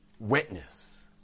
Witness